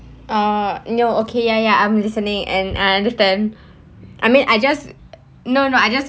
uh no okay ya ya I'm listening and I understand I mean I just no no I just